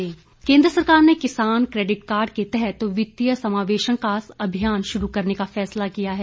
credit card केंद्र सरकार ने किसान क्रेडिट कार्ड के तहत वित्तीय समावेशन का अभियान श्रू करने का फैसला किया है